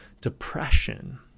depression